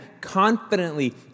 confidently